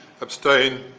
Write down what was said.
Abstain